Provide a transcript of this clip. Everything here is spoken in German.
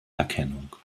erkennung